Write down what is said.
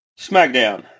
SmackDown